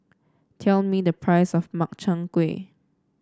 tell me the price of Makchang Gui